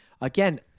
Again